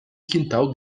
quintal